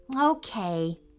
Okay